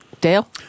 Dale